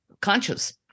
conscious